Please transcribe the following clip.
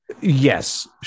Yes